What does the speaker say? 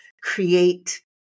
create